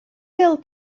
bil